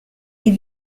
est